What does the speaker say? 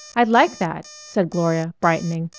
i'd like that, said gloria, brightening.